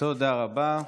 תודה רבה.